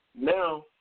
Now